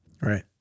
Right